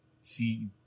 see